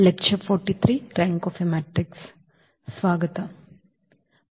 ಸ್ವಾಗತ ಮತ್ತು ಇದು ಉಪನ್ಯಾಸ ಸಂಖ್ಯೆ 43 ಆಗಿದೆ